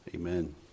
Amen